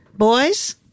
Boys